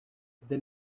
they